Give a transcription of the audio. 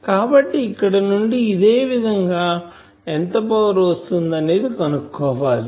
కాబట్టి ఇక్కడ నుండి ఇదేవిధం గా ఎంత పవర్ వస్తుంది అనేది కనుక్కోవాలి